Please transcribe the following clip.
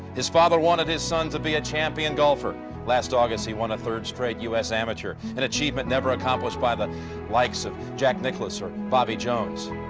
his father wanted his son to be a champion golfer last august. he won a third straight u s. amateur and achievement never accomplished by the likes of nicklaus or bobby jones.